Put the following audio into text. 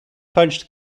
punched